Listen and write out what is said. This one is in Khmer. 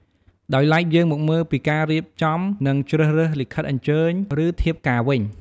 ដោយឡែកយើងមកមើលពីការរៀបចំ និង ជ្រើសរើសលិខិតអញ្ជើញ ឬ ធៀបការវិញ។